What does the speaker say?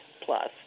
plus